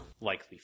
likely